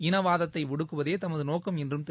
இனவாதத்தை ஒடுக்குவதே தமது நோக்கம் என்றும் திரு